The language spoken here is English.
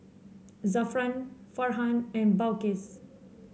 Zafran Farhan and Balqis